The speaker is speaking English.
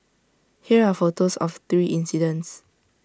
here are photos of the three incidents